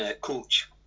coach